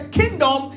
kingdom